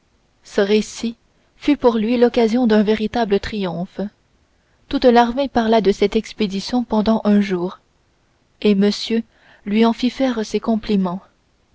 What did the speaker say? ce récit fut pour lui l'occasion d'un véritable triomphe toute l'armée parla de cette expédition pendant un jour et monsieur lui en fit faire ses compliments